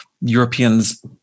Europeans